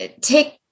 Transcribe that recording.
take